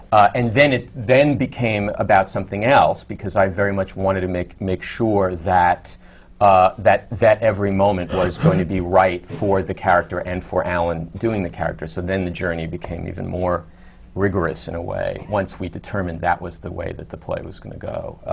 and it then became about something else, because i very much wanted to make make sure that ah that every moment was going to be right for the character and for alan doing the character. so then, the journey became even more rigorous, in a way, once we determined that was the way that the play was going to go.